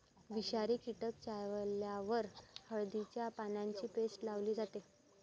विषारी कीटक चावल्यावर हळदीच्या पानांची पेस्ट लावली जाते